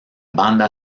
banda